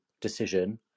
decision